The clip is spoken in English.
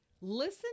listen